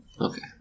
Okay